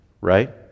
right